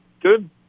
good